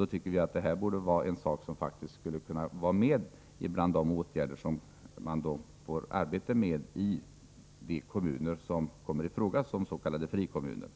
Då tycker vi att det vi har yrkat på borde kunna vara med bland de åtgärder som man får arbeta med i kommuner som kommer i fråga som s.k. frikommuner. När